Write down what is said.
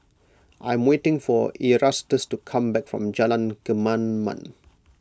I am waiting for Erastus to come back from Jalan Kemaman